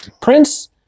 prince